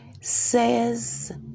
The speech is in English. says